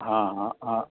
हा हा हा